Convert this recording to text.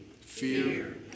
fear